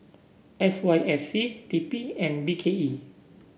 S Y F C T P and B K E